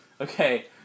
Okay